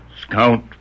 Scout